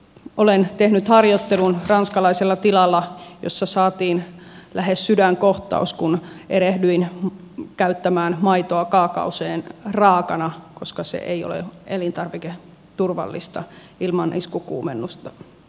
olen tehnyt harjoittelun ranskalaisella tilalla jossa saatiin lähes sydänkohtaus kun erehdyin käyttämään maitoa kaakaoon raakana koska se ei ole elintarviketurvallista ilman iskukuumennusta